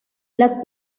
las